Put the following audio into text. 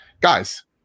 guys